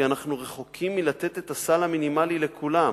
כי אנחנו רחוקים מלתת את הסל המינימלי לכולם.